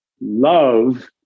love